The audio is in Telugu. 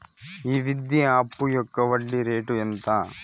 ఈ విద్యా అప్పు యొక్క వడ్డీ రేటు ఎంత?